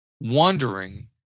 wondering